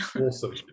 Awesome